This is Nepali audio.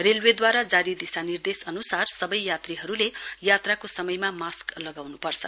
रेलवेद्वारा जारी दिशानिर्देश अनुसार सबै यात्रीहरूले यात्राको समयमा मास्क लगाउनु पर्छ